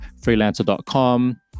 freelancer.com